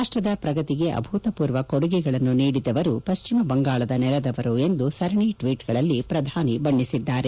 ರಾಷ್ಟದ ಪ್ರಗತಿಗೆ ಅಭೂತಪೂರ್ವ ಕೊಡುಗೆಗಳನ್ನು ನೀಡಿದವರು ಪಶ್ಚಿಮ ಬಂಗಾಳದ ನೆಲದವರು ಎಂದು ಸರಣಿ ಟ್ವೀಟ್ಗಳಲ್ಲಿ ಪ್ರಧಾನಿ ಬಣ್ಣಿಸಿದ್ದಾರೆ